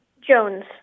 Jones